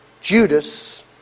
Judas